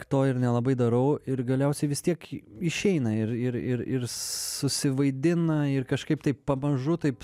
to ir nelabai darau ir galiausiai vis tiek išeina ir ir ir ir susivaidina ir kažkaip taip pamažu taip